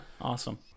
awesome